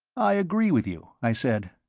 i agree with you, i said.